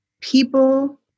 people